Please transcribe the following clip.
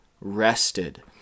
rested